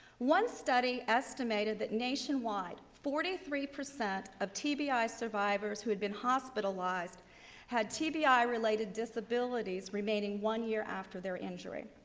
one study estimated that nationwide forty three percent of tbi survivors who had been hospitalized had tbi related disabilities remaining one year after their injury.